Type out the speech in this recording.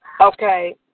Okay